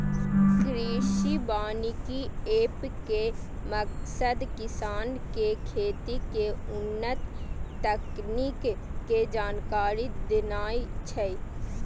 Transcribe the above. कृषि वानिकी एप के मकसद किसान कें खेती के उन्नत तकनीक के जानकारी देनाय छै